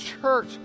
church